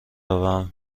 بروم